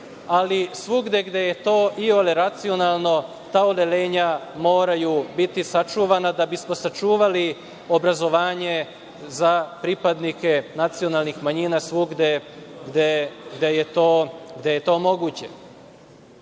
ali svugde gde je to iole racionalno ta odeljenja moraju biti sačuvana da bismo sačuvali obrazovanje za pripadnike nacionalnih manjina svugde gde je to moguće. Malopre